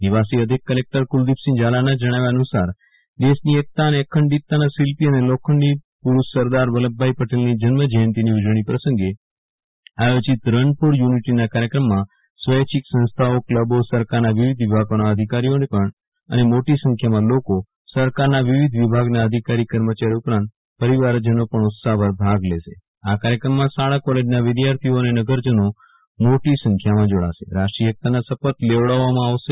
નિવાસી અધિક કલેક્ટર કુલદીપસિંહ ઝાલાના જણાવ્યા અનુ સાર દેશની એકતા અને અખંડિતતાના શિલ્પી અને લોખંડી પુરૂષ સરદાર વલ્લભભાઇ પટેલની જન્મ જયંતિની ઉજવણી પ્રસંગે આયોજિત રન ફોર યુનિટીના કાર્યક્રમમાં સ્વૈચ્છીક સંસ્થાઓ કલબો સરકારના વિવિધ વિભાગોના અધિકારીઓને અને મોટી સંખ્યામાં લોકો સરકારના વિવિધ વિભાગના અધિકારી કર્મચારીઓ ઉપરાંત તેમના પરિવારજનો પણ ઉત્સાહભેર ભાગ લેશે આ કાર્યક્રમમાં શાળા કોલેજના વિદ્યાર્થીઓ અને નગરજનો મોટી સંખ્યામાં જોડાશે રાષ્ટ્રીય એકતાના શપથ લેવડાવવામાં આવશે